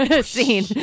Scene